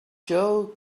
joe